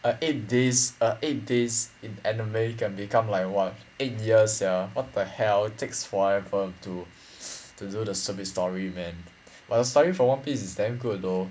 a eight days a eight days in anime can become like what eight year sia what the hell takes forever to to do the stupid story man but the story for one piece is damn good though